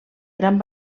gran